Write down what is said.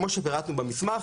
כמו שפירטנו במסמך,